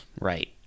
right